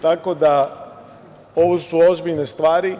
Tako da, ovo su ozbiljne stvari.